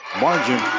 Margin